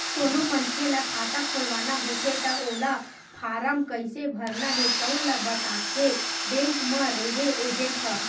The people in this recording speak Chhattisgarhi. कोनो मनखे ल खाता खोलवाना होथे त ओला फारम कइसे भरना हे तउन ल बताथे बेंक म रेहे एजेंट ह